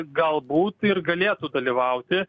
galbūt ir galėtų dalyvauti